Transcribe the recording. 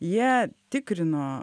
jie tikrino